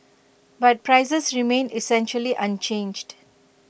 but prices remained essentially unchanged